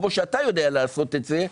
כמו שאתה יודע לעשות את זה.